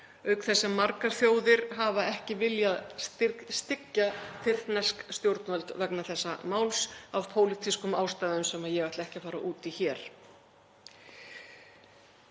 auk þess sem margar þjóðir hafa ekki viljað styggja tyrknesk stjórnvöld vegna þessa máls af pólitískum ástæðum sem ég ætla ekki að fara út í hér.